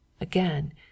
Again